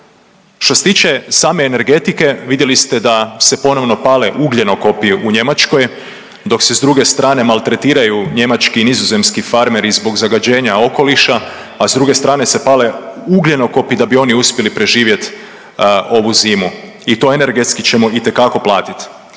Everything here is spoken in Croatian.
Što se tiče same energetike vidjeli ste da se ponovno pale ugljenokopi u Njemačkoj, dok se s druge strane maltretiraju njemački i nizozemski farmeri zbog zagađenja okoliša, a s druge strane se pale ugljenokopi da bi oni uspjeli preživjeti ovu zimu. I to energetski ćemo itekako platiti.